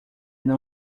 não